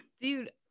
dude